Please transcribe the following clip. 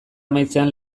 amaitzean